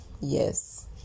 yes